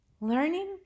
Learning